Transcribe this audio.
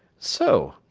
so,